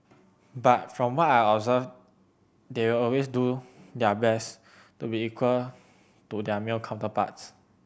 but from what I observed they will always do their best to be equal to their male counterparts